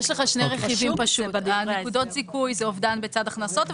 יש לך שני רכיבים: הנקודות זיכוי זה אובדן בצד הכנסות,